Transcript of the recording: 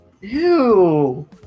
Ew